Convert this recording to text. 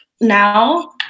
now